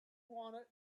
wanted